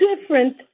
different